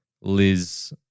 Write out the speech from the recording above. Liz